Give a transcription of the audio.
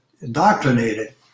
indoctrinated